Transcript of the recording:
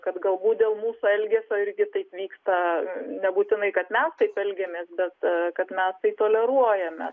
kad galbūt dėl mūsų elgesio irgi taip vyksta nebūtinai kad mes taip elgiamės bet kad mes tai toleruojame